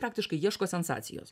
praktiškai ieško sensacijos